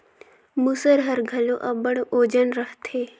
मूसर हर घलो अब्बड़ ओजन रहथे